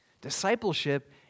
Discipleship